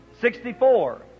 sixty-four